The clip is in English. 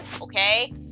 okay